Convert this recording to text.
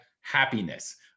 happiness